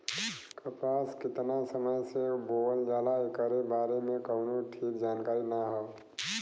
कपास केतना समय से बोअल जाला एकरे बारे में कउनो ठीक जानकारी ना हौ